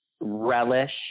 Relish